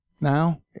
now